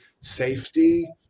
safety